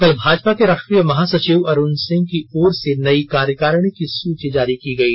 कल भाजपा के राष्ट्रीय महासचिव अरूण सिंह की ओर से नई कार्यकारिणी की सूची जारी की गयी